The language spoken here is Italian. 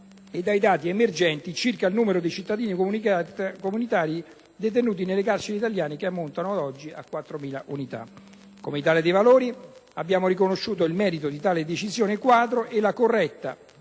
e dai dati emergenti circa il numero di cittadini comunitari detenuti nelle carceri italiane, che ammontano ad oggi a 4.000 unità. Come Italia dei Valori abbiamo riconosciuto il merito di tale decisione quadro e la correttezza